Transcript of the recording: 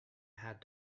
had